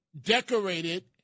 decorated